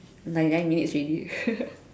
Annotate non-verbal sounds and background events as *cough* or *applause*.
ninety nine minutes already *laughs*